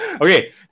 Okay